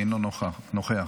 אינו נוכח.